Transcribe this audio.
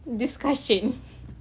discussion